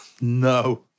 No